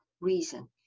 reason